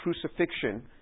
crucifixion